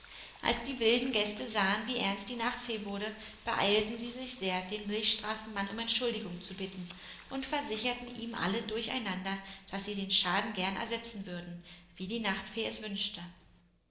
als die wilden gäste sahen wie ernst die nachtfee wurde beeilten sie sich sehr den milchstraßenmann um entschuldigung zu bitten und versicherten ihm alle durcheinander daß sie den schaden gern ersetzen würden wie die nachtfee es wünschte